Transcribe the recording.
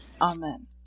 Amen